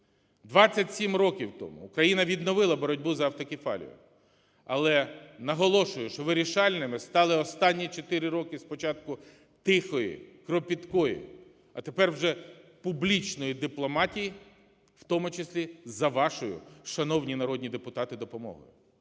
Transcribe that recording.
27 року тому Україна відновила боротьбу за автокефалію, але наголошую, що вирішальними стали останні 4 роки спочатку тихої, кропіткою, а тепер вже публічної дипломатії, в тому числі за вашою, шановні народні депутати, допомогою.